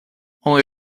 only